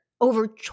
over